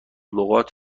لغات